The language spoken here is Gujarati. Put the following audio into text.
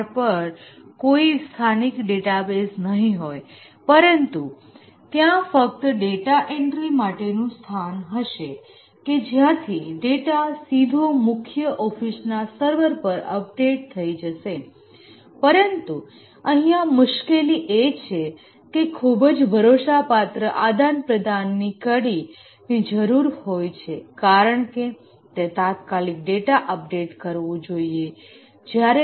ખાણ પર કોઈ સ્થાનિક ડેટાબેઝ નહીં હોય પરંતુ ત્યાં ફક્ત ડેટા એન્ટ્રી માટેનું સ્થાન હશે કે જ્યાંથી ડેટા સીધો મુખ્ય ઓફિસના સર્વર પર અપડેટ થઈ જશે પરંતુ અહીંયાં મુશ્કેલી એ છે કે ખૂબ જ ભરોસાપાત્ર આદાન પ્રદાનની કડી ની જરૂર હોય છે કારણકે તે તાત્કાલિક ડેટા અપડેટ કરવું જોઈએ